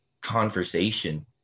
conversation